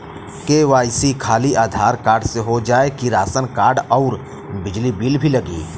KYC खाली Aadhaar card से हो जाए कि राशन कार्ड अउर बिजली बिल भी लगी?